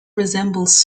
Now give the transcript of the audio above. resembles